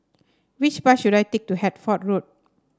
which bus should I take to Hertford Road